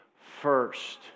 first